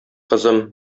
кызым